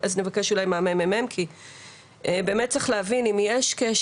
נבקש אולי מהממ"מ כי באמת צריך להבין אם יש קשר.